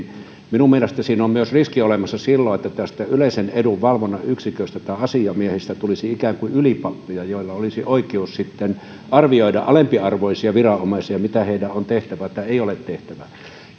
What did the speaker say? minun mielestäni siinä on myös sellainen riski olemassa että tästä yleisen edun valvonnan yksiköstä tai asiamiehistä tulisi ikään kuin ylipappeja joilla olisi oikeus sitten arvioida alempiarvoisia viranomaisia siinä mitä heidän on tehtävä tai ei ole tehtävä ja